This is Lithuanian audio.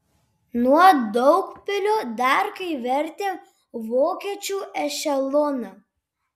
nuo daugpilio dar kai vertėm vokiečių ešeloną